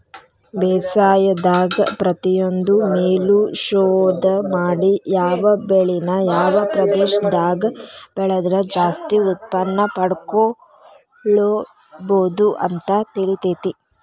ಬೇಸಾಯದಾಗ ಪ್ರತಿಯೊಂದ್ರು ಮೇಲು ಶೋಧ ಮಾಡಿ ಯಾವ ಬೆಳಿನ ಯಾವ ಪ್ರದೇಶದಾಗ ಬೆಳದ್ರ ಜಾಸ್ತಿ ಉತ್ಪನ್ನಪಡ್ಕೋಬೋದು ಅಂತ ತಿಳಿತೇತಿ